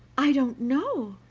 i don't know,